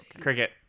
Cricket